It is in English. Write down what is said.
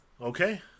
Okay